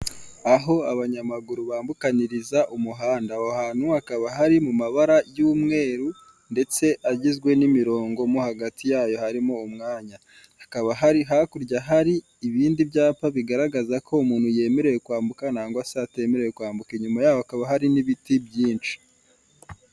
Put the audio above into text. Aho abanyamaguru bambukanyiriza umuhanda aho hantu hakaba hari mu mabara y'umweru ndetse agizwe n'imirongomo hagati yayo harimo umwanya, hakaba hari hakurya hari ibindi byapa bigaragaza ko umuntu yemerewe kwambuka nangwa se atemerewe kwambuka inyuma yaho hakaba hari n'ibiti byinshi.